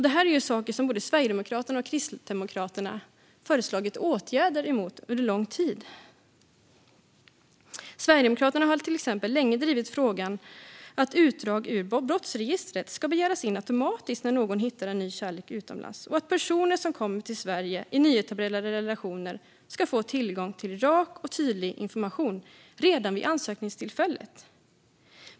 Detta är saker som både Sverigedemokraterna och Kristdemokraterna har föreslagit åtgärder emot under lång tid. Sverigedemokraterna har till exempel länge drivit frågan att utdrag ur brottsregistret ska begäras in automatiskt när någon hittar en ny kärlek utomlands och att personer som kommer till Sverige i nyetablerade relationer ska få tillgång till rak och tydlig information redan vid ansökningstillfället.